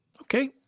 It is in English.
okay